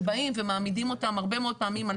שבאים ומעמידים אותם הרבה מאוד פעמים על